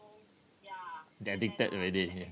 addicted already ya